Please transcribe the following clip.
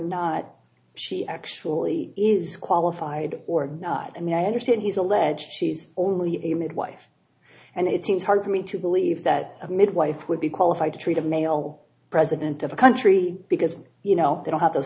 not she actually is qualified or and i understand he's alleged she's only a midwife and it seems hard for me to believe that a midwife would be qualified to treat a male president of a country because you know they don't have those